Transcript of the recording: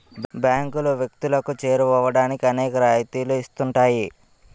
బ్యాంకులు వ్యక్తులకు చేరువవడానికి అనేక రాయితీలు ఇస్తుంటాయి